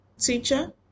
teacher